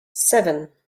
seven